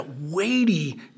weighty